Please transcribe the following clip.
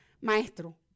Maestro